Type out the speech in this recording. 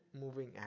moving